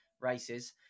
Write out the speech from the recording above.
races